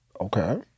Okay